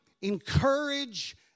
encourage